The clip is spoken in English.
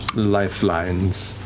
lifelines.